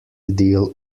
deal